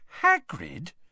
Hagrid